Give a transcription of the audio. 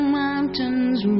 mountains